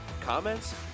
Comments